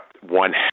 one